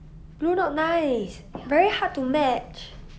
blue not nice very hard to match